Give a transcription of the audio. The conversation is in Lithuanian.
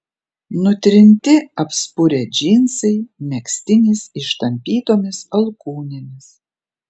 nutrinti apspurę džinsai megztinis ištampytomis alkūnėmis